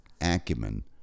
acumen